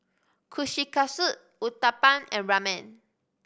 Kushikatsu Uthapam and Ramen